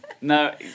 no